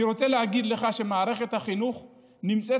ואני רוצה להגיד לך שמערכת החינוך נמצאת